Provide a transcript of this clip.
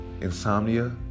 insomnia